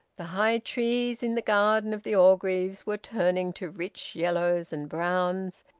the high trees in the garden of the orgreaves were turning to rich yellows and browns,